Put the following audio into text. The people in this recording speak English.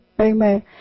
Amen